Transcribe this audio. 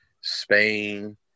Spain